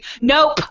nope